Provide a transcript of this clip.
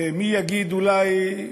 ומי יגיד, אולי,